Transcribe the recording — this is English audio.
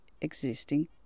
existing